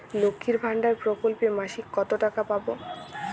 লক্ষ্মীর ভান্ডার প্রকল্পে মাসিক কত টাকা পাব?